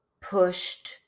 pushed